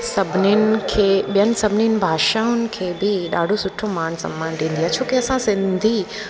सभिनीनि खे ॿियनि सभिनीनि भाषाउनि खे बि ॾाढो सुठो मानु समानु ॾींदी आहे छोकी असां सिंधी